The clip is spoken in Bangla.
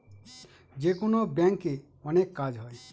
যেকোনো ব্যাঙ্কে অনেক কাজ হয়